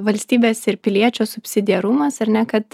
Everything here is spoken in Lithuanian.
valstybės ir piliečio subsidiarumas ar ne kad